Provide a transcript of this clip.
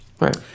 Right